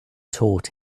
taught